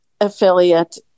affiliate